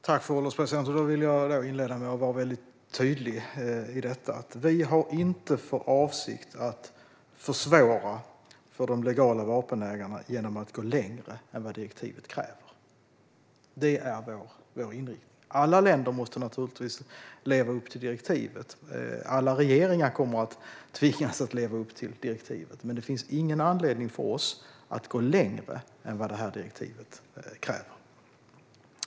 Fru ålderspresident! Jag vill inleda med att vara väldigt tydlig med detta: Vi har inte för avsikt att försvåra för de legala vapenägarna genom att gå längre än vad direktivet kräver. Det är vår inriktning. Alla länder måste naturligtvis leva upp till direktivet, och alla regeringar kommer att tvingas att leva upp till direktivet. Det finns dock ingen anledning för oss att gå längre än vad detta direktiv kräver.